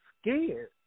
scared